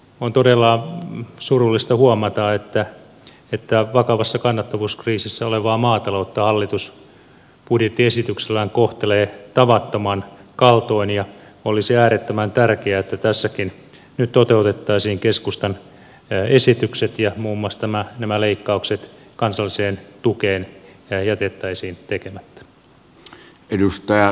on todella surullista huomata että vakavassa kannattavuuskriisissä olevaa maataloutta hallitus budjettiesityksellään kohtelee tavattoman kaltoin ja olisi äärettömän tärkeää että tässäkin nyt toteutettaisiin keskustan esitykset ja muun muassa nämä leikkaukset kansalliseen tukeen jätettäisiin tekemättä